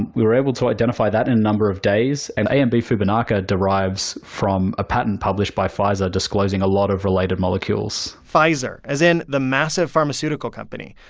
we were able to identify that in a number of days. and amb-fubinaca derives from a patent published by pfizer disclosing a lot of related molecules pfizer, as in the massive pharmaceutical company.